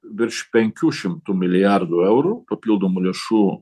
virš penkių šimtų milijardų eurų papildomų lėšų